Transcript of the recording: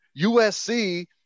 USC